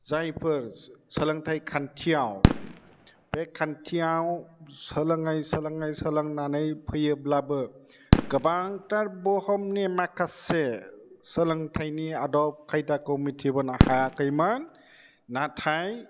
जायफोर सोलोंथाइ खान्थियाव बे खान्थियाव सोलोङै सोलोङै सोलोंनानै फैयोब्लाबो गोबांथार बुहुमनि माखासे सोलोंथाइनि आदब खायदाखौ मिथि बोनो हायाखैमोन नाथाय दा